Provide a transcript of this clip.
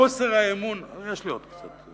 חוסר האמון, לא, אנחנו